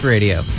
Radio